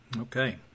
Okay